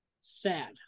sad